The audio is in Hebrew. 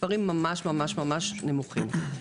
מספרים ממש-ממש נמוכים.